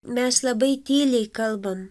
mes labai tyliai kalbam